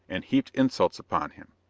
and heaped insults upon him.